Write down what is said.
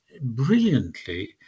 brilliantly